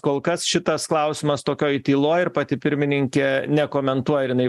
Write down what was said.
kol kas šitas klausimas tokioj tyloj ir pati pirmininkė nekomentuoja ar jinai